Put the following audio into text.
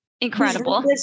incredible